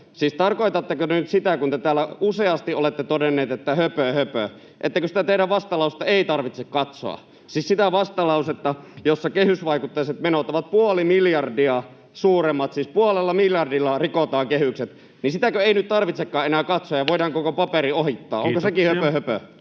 Siis tarkoitatteko nyt sitä — kun te täällä useasti olette todenneet, että höpö höpö — että sitä teidän vastalausettanne ei tarvitse katsoa? Siis sitä vastalausetta, jossa kehysvaikutteiset menot ovat puoli miljardia suuremmat — siis puolella miljardilla rikotaan kehykset — sitäkö ei nyt tarvitsekaan enää katsoa ja voidaan koko paperi